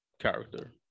character